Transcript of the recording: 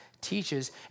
teaches